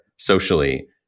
socially